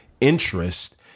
interest